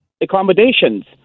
accommodations